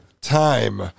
time